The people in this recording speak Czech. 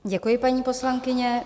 Děkuji, paní poslankyně.